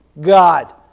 god